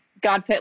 God